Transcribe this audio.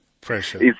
pressure